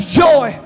joy